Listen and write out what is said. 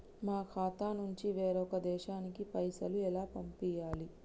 మా ఖాతా నుంచి వేరొక దేశానికి పైసలు ఎలా పంపియ్యాలి?